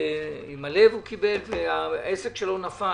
עם הלב, והעסק שלו נפל.